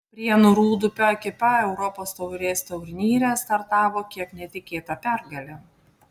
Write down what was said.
prienų rūdupio ekipa europos taurės turnyre startavo kiek netikėta pergale